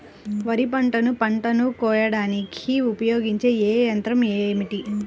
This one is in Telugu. వరిపంటను పంటను కోయడానికి ఉపయోగించే ఏ యంత్రం ఏమిటి?